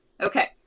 Okay